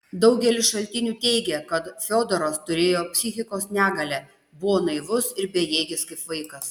daugelis šaltinių teigia kad fiodoras turėjo psichikos negalę buvo naivus ir bejėgis kaip vaikas